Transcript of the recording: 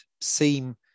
seem